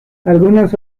algunas